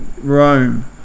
Rome